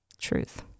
truth